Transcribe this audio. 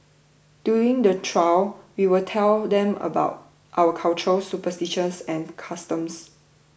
during the trail we'll tell them about our cultures superstitions and customs